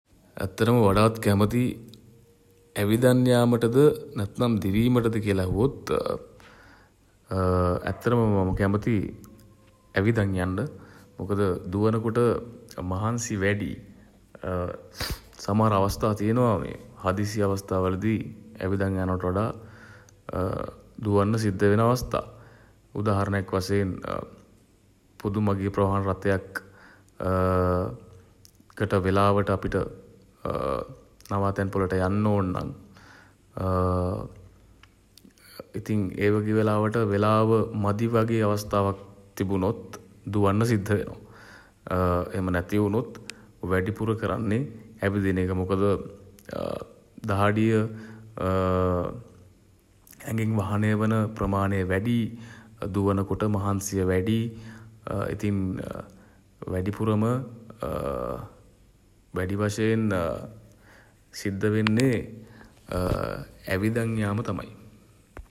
ඇත්තටම වඩාත් කැමති ඇවිදන් යාමටද නැත්තම් දිවීමටද කියල ඇහුවොත් ඇත්තටම මම කැමති ඇවිදන් යන්න. මොකද දුවන කොට මහන්සි වැඩියි. සමහර අවස්ථා තියෙනවා හදිසි අවස්ථා වලදී ඇවිදන් යනවට වඩා දුවන්න සිද්ද වෙන අවස්ථා. උදාහරණයක් වශයෙන් පොදු මගී ප්‍රවාහන රථයක් කට වෙලාවට අපිට නවාතැන් පොළට යන්න ඕන් නම් ඉතින් ඒ වගේ වෙලාවට වෙලාව මදි වගේ අවස්තාවක් තිබුණොත් දුවන්න සිද්ද වෙනවා. එහෙම නැති වුණොත් වැඩිපුර කරන්නේ ඇවිදින එක. මොකද දාඩිය ඇගෙන් වහනය වන ප්‍රමාණය වැඩියි දුවන කොට. මහන්සිය වැඩියි. ඉතින් වැඩිපුරම වැඩි වශයෙන් සිද්ද වෙන්නේ ඇවිදන් යාම තමයි.